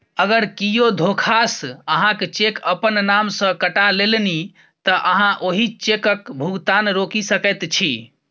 अगर कियो धोखासँ अहाँक चेक अपन नाम सँ कटा लेलनि तँ अहाँ ओहि चेकक भुगतान रोकि सकैत छी